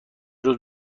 روز